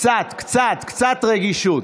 קצת, קצת רגישות.